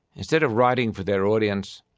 instead of writing for their audience,